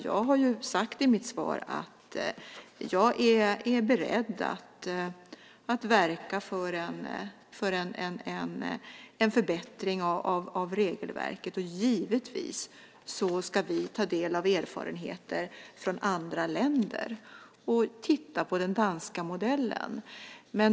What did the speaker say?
Jag har sagt i mitt svar att jag är beredd att verka för en förbättring av regelverket. Givetvis ska vi ta del av erfarenheter från andra länder och titta på den danska modellen.